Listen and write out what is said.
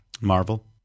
Marvel